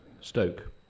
Stoke